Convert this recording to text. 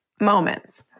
moments